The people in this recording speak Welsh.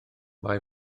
mae